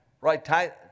Right